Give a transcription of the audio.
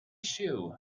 shoe